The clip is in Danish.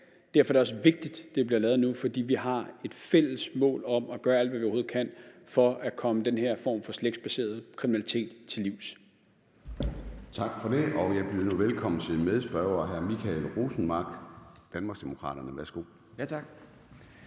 Derfor er det også vigtigt, at den bliver lavet nu, for vi har et fælles mål om at gøre alt, hvad vi overhovedet kan, for at komme den her form for slægtsbaseret kriminalitet til livs. Kl. 14:08 Formanden (Søren Gade): Tak for det. Jeg byder nu velkommen til medspørger hr. Michael Rosenmark, Danmarksdemokraterne. Værsgo. Kl.